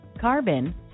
carbon